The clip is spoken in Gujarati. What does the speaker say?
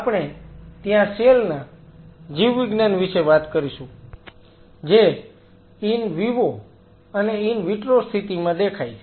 આપણે ત્યાં સેલ ના જીવવિજ્ઞાન વિશે વાત કરીશું જે ઈન વિવો અને ઈન વિટ્રો સ્થિતિમાં દેખાય છે